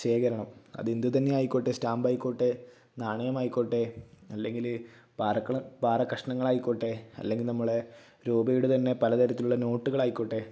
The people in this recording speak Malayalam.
ശേഖരണം അത് എന്ത് തന്നെ ആയിക്കോട്ടെ സ്റ്റാമ്പ് ആയിക്കോട്ടെ നാണയമായിക്കോട്ടെ അല്ലെങ്കില് പാറക്കള പാറക്കഷ്ണങ്ങളായിക്കോട്ടെ അല്ലെങ്കിൽ നമ്മുടെ രൂപയുടെ തന്നെ പല തരത്തിലുള്ള നോട്ടുകളായിക്കോട്ടെ